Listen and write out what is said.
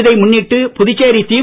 இதை முன்னிட்டு புதுச்சேரி தி